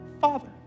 father